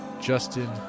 Justin